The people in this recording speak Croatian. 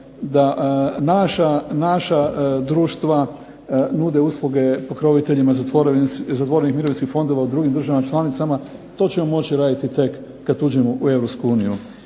da naša društva nude usluge pokroviteljima zatvorenih mirovinskih fondova u drugim državama članicama. To ćemo moći raditi tek kada uđemo u